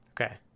Okay